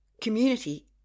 Community